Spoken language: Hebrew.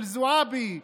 של זועבי,